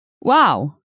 Wow